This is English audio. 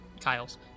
Kyle's